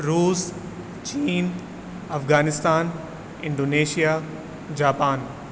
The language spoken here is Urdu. روس چین افغانستان انڈونیشیا جاپان